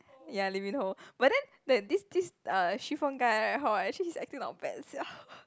ya Lee-Min-Ho but then there this this uh chiffon guy right hor actually his acting not bad sia